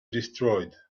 destroyed